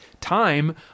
time